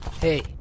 Hey